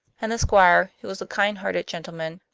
and the squire, who was a kind-hearted gentleman,